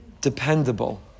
dependable